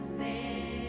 may